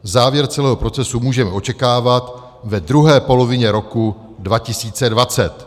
Závěr celého procesu můžeme očekávat ve druhé polovině roku 2020.